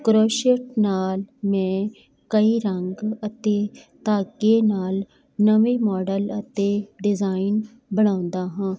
ਕਰੈਸ਼ਟ ਨਾਲ ਮੈਂ ਕਈ ਰੰਗ ਅਤੇ ਧਾਗੇ ਨਾਲ ਨਵੇਂ ਮਾਡਲ ਅਤੇ ਡਿਜ਼ਾਇਨ ਬਣਾਉਂਦਾ ਹਾਂ